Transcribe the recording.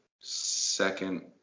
second